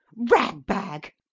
rag-bag!